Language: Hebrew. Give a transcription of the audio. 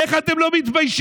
איך אתם לא מתביישים?